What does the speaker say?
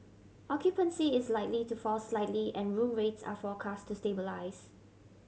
occupancy is likely to fall slightly and room rates are forecast to stabilise